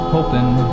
Hoping